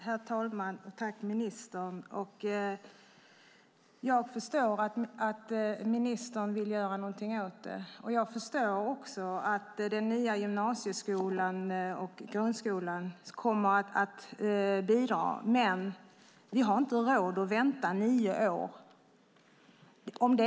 Herr talman! Tack, ministern! Jag förstår att ministern vill göra något åt detta, och jag förstår också att den nya gymnasieskolan och grundskolan kommer att bidra. Men vi har inte råd att vänta nio år.